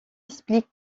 explique